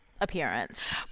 appearance